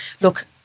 Look